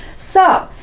so,